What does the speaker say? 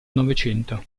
novecento